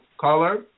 caller